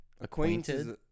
Acquainted